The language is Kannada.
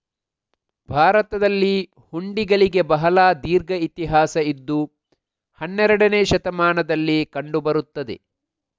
ಭಾರತದಲ್ಲಿ ಹುಂಡಿಗಳಿಗೆ ಬಹಳ ದೀರ್ಘ ಇತಿಹಾಸ ಇದ್ದು ಹನ್ನೆರಡನೇ ಶತಮಾನದಲ್ಲಿ ಕಂಡು ಬರುತ್ತದೆ